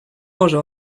może